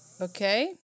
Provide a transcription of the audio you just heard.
Okay